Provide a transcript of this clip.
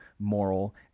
moral